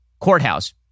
courthouse